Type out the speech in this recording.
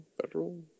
Federal